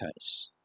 case